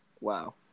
Wow